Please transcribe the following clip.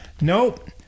Nope